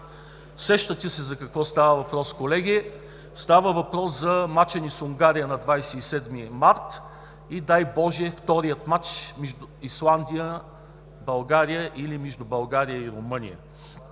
Сещате се за какво става въпрос, колеги. Става въпрос за мача ни с Унгария на 27 март и, дай боже, вторият мач между Исландия – България, или между България и Румъния.